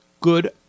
good